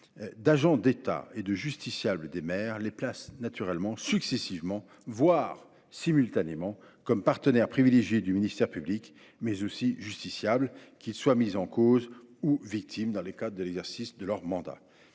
d’agent de l’État et de justiciable des maires les place successivement, voire simultanément, comme partenaires privilégiés du ministère public, mais aussi comme justiciables, qu’ils soient mis en cause ou victimes dans le cadre de l’exercice de leur mandat.